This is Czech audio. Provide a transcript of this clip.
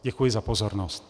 Děkuji za pozornost.